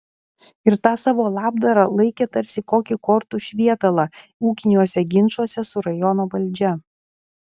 ir tą savo labdarą laikė tarsi kokį kortų švietalą ūkiniuose ginčuose su rajono valdžia